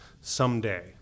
someday